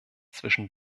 zwischen